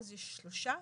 יש שלושה.